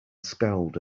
scowled